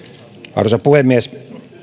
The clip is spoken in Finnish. arvoisa puhemies